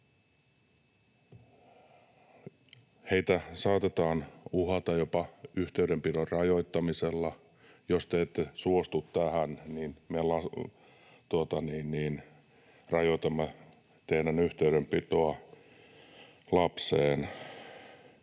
Heitä saatetaan uhata jopa yhteydenpidon rajoittamisella: jos te ette suostu tähän, niin me rajoitamme teidän yhteydenpitoanne lapseen.